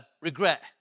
regret